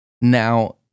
Now